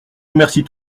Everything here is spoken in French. remercie